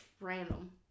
random